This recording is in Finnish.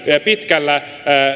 pitkällä